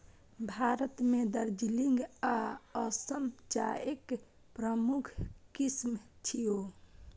भारत मे दार्जिलिंग आ असम चायक प्रमुख किस्म छियै